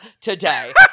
today